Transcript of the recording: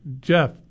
Jeff